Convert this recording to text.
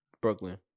Brooklyn